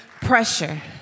pressure